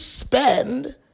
spend